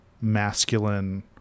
masculine